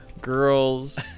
girls